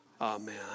Amen